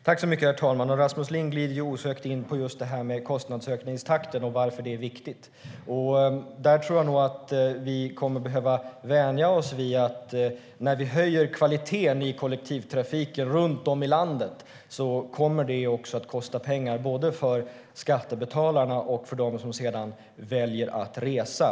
Herr talman! Rasmus Ling glider osökt in på just kostnadsökningstakten och varför det är viktigt. Där tror jag nog att vi kommer att behöva vänja oss vid att när vi höjer kvaliteten i kollektivtrafiken runt om i landet så kommer det också att kosta pengar, både för skattebetalarna och för dem som sedan väljer att resa.